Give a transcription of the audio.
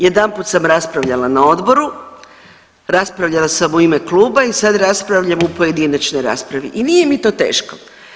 Jedanput sam raspravljala na odboru, raspravljala sam u ime kluba i sad raspravljam u pojedinačnoj raspravi i nije mi to teško.